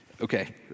Okay